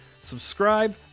Subscribe